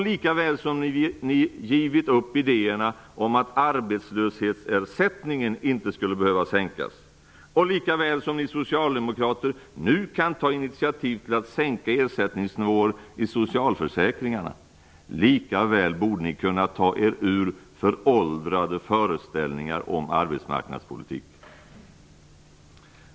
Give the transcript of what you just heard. Likaväl som ni givit upp idéerna om att arbetslöshetsersättningen inte skulle behöva sänkas och likaväl som ni socialdemokrater nu kan ta initiativ till att sänka ersättningsnivåer i socialförsäkringarna, likaväl borde ni kunna ta er ur föråldrade föreställningar om arbetsmarknadspolitiken.